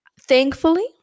Thankfully